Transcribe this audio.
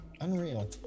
Unreal